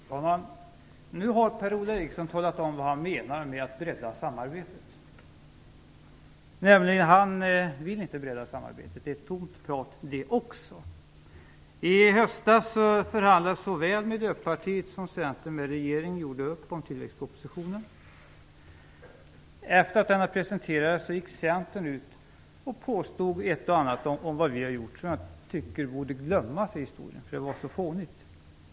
Fru talman! Nu har Per-Ola Eriksson talat om vad han menar med att bredda samarbetet. Han vill nämligen inte bredda samarbetet. Det är tomt prat det också. I höstas förhandlade såväl Miljöpartiet som Centern med regeringen och gjorde upp om tillväxtpropositionen. Efter det att den presenterades gick Centern ut och påstod ett och annat om vad vi hade gjort, som jag tycker borde glömmas för det var så fånigt.